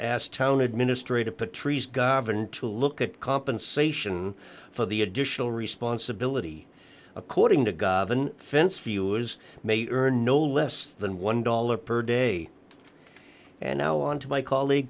as town administrator patrice garvin to look at compensation for the additional responsibility according to garden fence view is may earn no less than one dollar per day and now on to my colleague